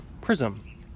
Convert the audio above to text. Prism